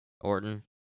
Orton